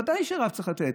ודאי שרב צריך לתת.